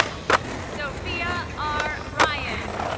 sophia r ryan.